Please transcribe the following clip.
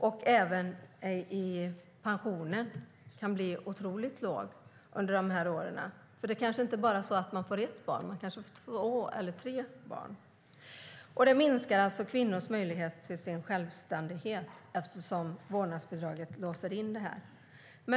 Och pensionen kan bli otroligt liten. Det kanske inte bara är ett barn man får, utan två eller tre. Det minskar alltså kvinnors möjlighet till självständighet, eftersom vårdnadsbidraget låser in dem.